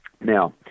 now